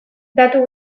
datu